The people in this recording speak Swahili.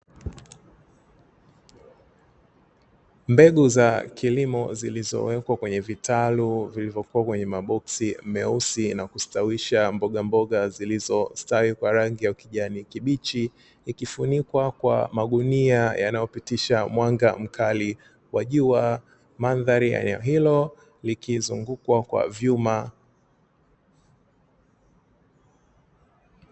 Mbegu za kilimo zilizowekwa kwenye vitalu vilivyokuwa kwenye maboksi meusi na kustawisha mboga mboga zilizostawi kwa rangi ya kijani kibichi, ikifunikwa kwa magunia yanayopitisha mwanga mkali wa jua, madhari ya eneo hilo likizungukwa kwa vyuma.